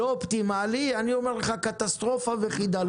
"לא אופטימלי" אני אומר לך "קטסטרופה וחידלון".